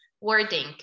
wording